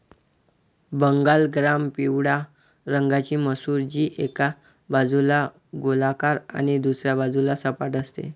Bengal gram पिवळ्या रंगाची मसूर, जी एका बाजूला गोलाकार आणि दुसऱ्या बाजूला सपाट असते